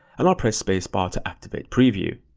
and i'll press space bar to activate preview.